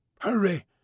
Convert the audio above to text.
Hurry